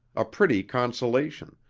a pretty consolation,